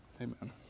Amen